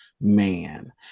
man